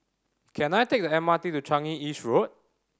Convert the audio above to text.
can I take the M R T to Changi East Road